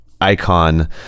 icon